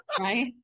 right